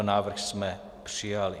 Návrh jsme přijali.